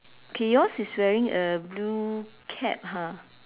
okay yours is wearing a blue cap ha